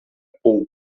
paul